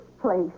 place